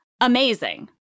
amazing